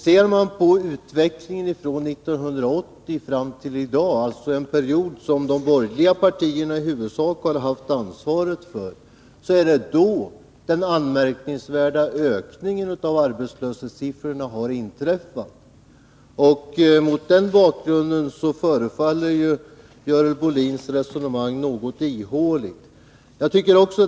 Ser man på utvecklingen från 1980 fram till i dag, dvs. en period som de borgerliga partierna i huvudsak har haft ansvaret för, är det under denna tid som den anmärkningsvärda ökningen av arbetslöshetssiffrorna har inträffat. Mot den bakgrunden förefaller Görel Bohlins resonemang något ihåligt.